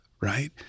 right